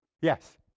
Yes